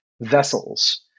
vessels